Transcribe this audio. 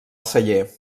celler